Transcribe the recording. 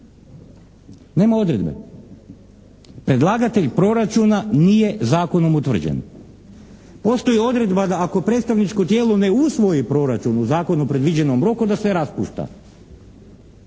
Nema odredbe. Predlagatelj proračuna nije zakonom utvrđen. Postoji odredba da ako predstavničko tijelo ne usvoji proračun u zakonom predviđenom roku da se raspušta.